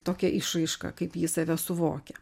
tokią išraišką kaip jis save suvokia